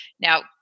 Now